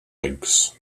eggs